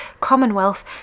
Commonwealth